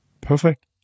Perfect